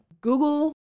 Google